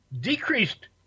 decreased